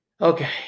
Okay